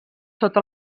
sota